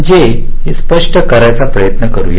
आपण हे स्पष्ट करण्याचा प्रयत्न करूया